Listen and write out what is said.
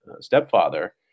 stepfather